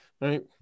Right